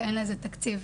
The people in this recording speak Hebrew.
ואין לזה תקציב.